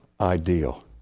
ideal